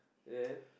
then